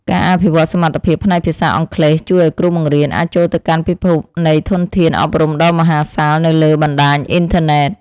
ការអភិវឌ្ឍសមត្ថភាពផ្នែកភាសាអង់គ្លេសជួយឱ្យគ្រូបង្រៀនអាចចូលទៅកាន់ពិភពនៃធនធានអប់រំដ៏មហាសាល នៅលើបណ្តាញអ៊ីនធឺណិត។